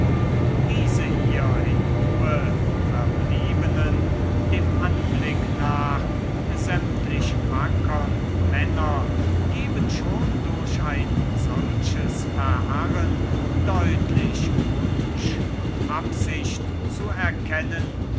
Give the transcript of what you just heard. diese hier in ruhe verbliebenen dem anblick nach sämtlich wackern männer geben schon durch ein solches verharren deutlich wunsch und absicht zu erkennen